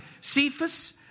Cephas